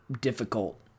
difficult